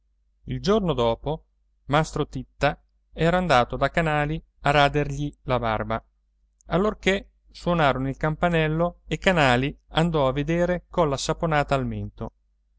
il giorno dopo mastro titta era andato da canali a radergli la barba allorché suonarono il campanello e canali andò a vedere colla saponata al mento